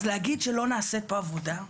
אז להגיד שלא נעשית פה עבודה,